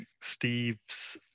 Steve's